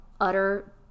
utter